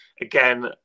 again